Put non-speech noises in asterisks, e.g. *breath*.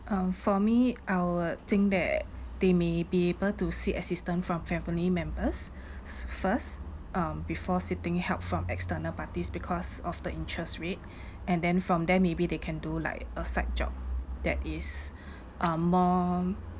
um for me I would think that they may be able to seek assistant from family members *breath* s~ first before seeking help from external parties because of the interest rate *breath* and then from there maybe they can do like a side job that is *breath* uh more